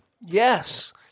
Yes